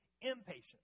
impatient